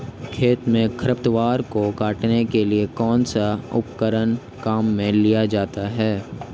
खेत में खरपतवार को काटने के लिए कौनसा उपकरण काम में लिया जाता है?